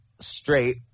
straight